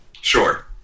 Sure